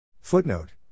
Footnote